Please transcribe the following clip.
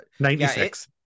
96